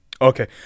Okay